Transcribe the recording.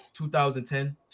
2010